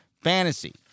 fantasy